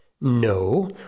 No